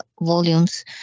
volumes